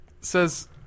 says